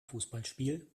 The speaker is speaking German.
fußballspiel